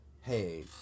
hey